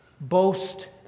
boast